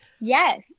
Yes